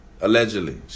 Allegedly